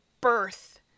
birth